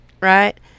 Right